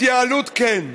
התייעלות כן,